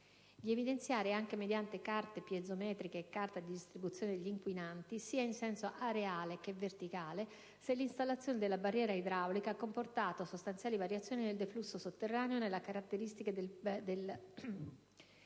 di evidenziare, anche mediante carte piezometriche e carte di distribuzione degli inquinanti, sia in senso areale che verticale, se l'installazione della barriera idraulica ha comportato sostanziali variazioni nel deflusso sotterraneo e nelle caratteristiche del plume